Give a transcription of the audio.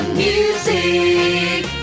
music